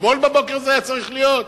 אתמול בבוקר זה היה צריך להיות?